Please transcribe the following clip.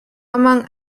among